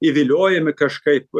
įviliojami kažkaip